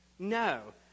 No